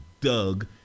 doug